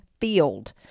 field